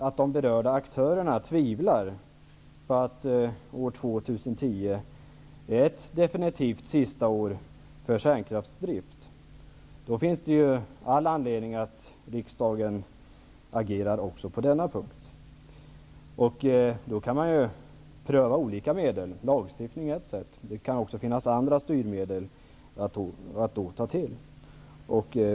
Om de berörda aktörerna tvivlar på att år 2010 är ett definitivt sista år för kärnkraftsdrift finns det all anledning för riksdagen att agera också på denna punkt. Man kan pröva olika medel. Lagstiftning är ett sätt. Det kan också finnas andra styrmedel att ta till.